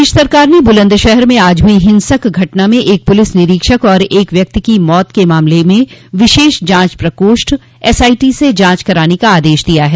प्रदेश सरकार ने बुलन्दशहर में आज हुई हिंसक घटना में एक पुलिस निरीक्षक तथा एक व्यक्ति की मौत के मामले में विशेष जांच प्रकोष्ठ एसआईटी से जांच कराने का आदेश दिया है